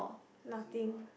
nothing